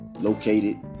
located